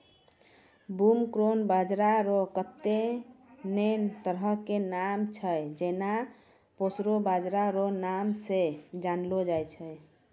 broomcorn बाजरा रो कत्ते ने तरह के नाम छै जेना प्रोशो बाजरा रो नाम से जानलो जाय छै